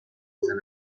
میزند